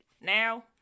Now